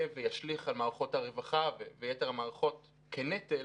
וישליך על מערכות הרווחה ויתר המערכות כנטל